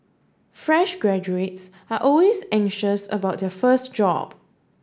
fresh graduates are always anxious about their first job